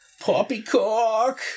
Poppycock